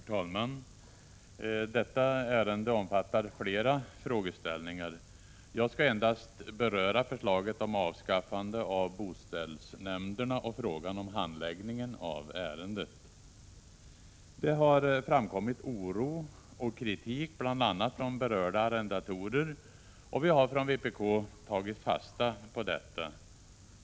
Herr talman! Detta ärende omfattar flera frågeställningar. Jag skall endast beröra förslaget om avskaffande av boställsnämnderna och frågan om handläggningen av ärendet. Det har framkommit oro och kritik bl.a. från berörda arrendatorer, och vi har från vpk tagit fasta på detta.